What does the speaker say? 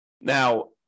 Now